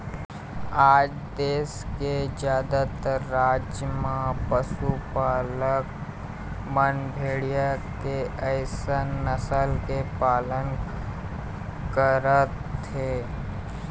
आज देश के जादातर राज म पशुपालक मन भेड़िया के कइठन नसल के पालन करत हे